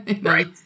right